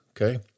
okay